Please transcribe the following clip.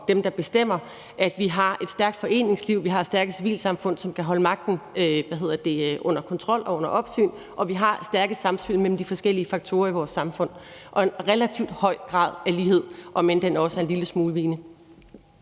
dem, der bestemmer, at vi har et stærkt foreningsliv og vi har stærke civilsamfund, som kan holde magten under kontrol og under opsyn, og vi har stærke samspil mellem de forskellige faktorer i vores samfund og en relativt høj grad af lighed, om end den også er en lille smule vigende.